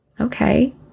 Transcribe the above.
Okay